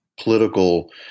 political